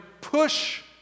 push